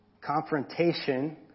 confrontation